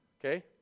Okay